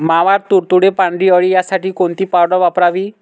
मावा, तुडतुडे, पांढरी अळी यासाठी कोणती पावडर वापरावी?